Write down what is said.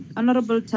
Honorable